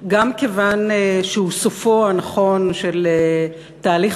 גם כיוון שהוא סופו הנכון של תהליך